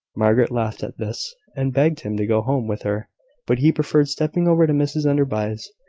margaret laughed at this, and begged him to go home with her but he preferred stepping over to mrs enderby's,